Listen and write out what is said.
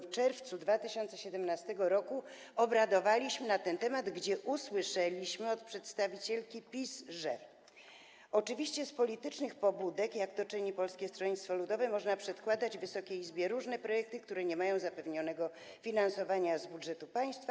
W czerwcu 2017 r. obradowaliśmy na ten temat i usłyszeliśmy od przedstawicielki PiS: Oczywiście z politycznych pobudek, jak to czyni Polskie Stronnictwo Ludowe, można przedkładać Wysokiej Izbie różne projekty, które nie mają zapewnionego finansowania z budżetu państwa.